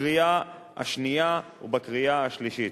בקריאה השנייה ובקריאה השלישית.